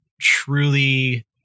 truly